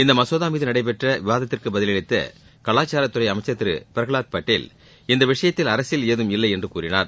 இந்த மசோதா மீது நடைபெற்ற விவாதத்திற்கு பதிலளித்த கலாச்சாரத்துறை அமைச்சர் திரு பிரகலாத் பட்டேல் இந்த விஷயத்தில் அரசியல் ஏதும் இல்லை என்று கூறினார்